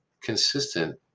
consistent